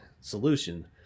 solution